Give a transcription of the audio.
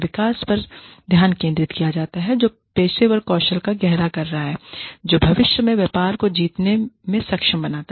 विकास पर ध्यान केंद्रित किया गया है जो पेशेवर कौशल को गहरा कर रहा है जो भविष्य के व्यापार को जीतने में सक्षम बनाता है